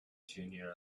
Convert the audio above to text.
junior